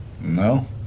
No